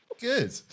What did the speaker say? Good